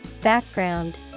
Background